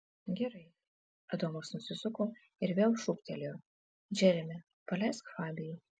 gerai adomas nusisuko ir vėl šūktelėjo džeremi paleisk fabijų